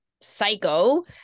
psycho